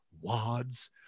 wads